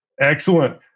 Excellent